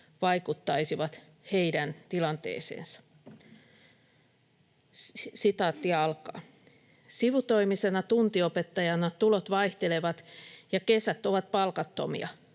vaikuttaisivat heidän tilanteeseensa. ”Sivutoimisena tuntiopettajana tulot vaihtelevat ja kesät ovat palkattomia.